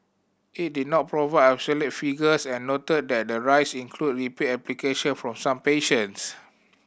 it did not provide absolute figures and noted that the rise include repeat application from some patients